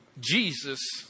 Jesus